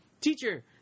teacher